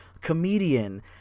comedian